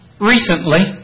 Recently